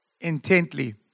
intently